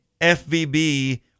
FVB